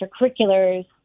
extracurriculars